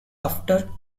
after